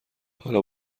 حالا